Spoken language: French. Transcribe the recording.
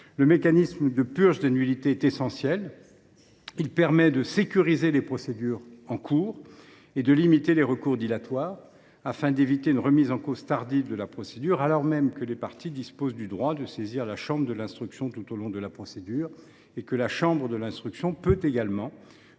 Le mécanisme de purge des nullités est essentiel. Il permet de sécuriser les procédures en cours et de limiter les recours dilatoires, afin d’éviter une remise en cause tardive de la procédure, alors même que les parties disposent du droit de saisir la chambre de l’instruction tout au long de la procédure, et que cette chambre peut également